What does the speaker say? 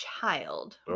child